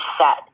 set